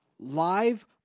Live